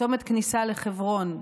צומת הכניסה לחברון,